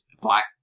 black